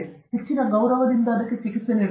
ಹೆಚ್ಚಿನ ಗೌರವದಿಂದ ಚಿಕಿತ್ಸೆ ನೀಡಬೇಕು